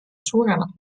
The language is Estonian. suuremat